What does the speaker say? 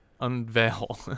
Unveil